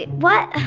ah what